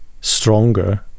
stronger